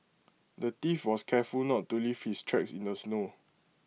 the thief was careful not to leave his tracks in the snow